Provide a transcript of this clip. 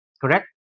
Correct